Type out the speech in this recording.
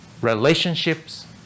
relationships